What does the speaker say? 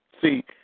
See